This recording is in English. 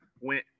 went